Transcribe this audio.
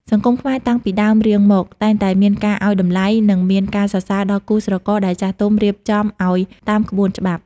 សង្គមខ្មែរតាំងពីដើមរៀងមក តែងតែមានការឱ្យតម្លៃ និងមានការសរសើរដល់គូស្រករដែលចាស់ទុំរៀបចំឱ្យតាមក្បួនច្បាប់។